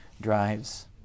drives